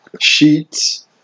Sheets